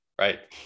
Right